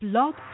Blog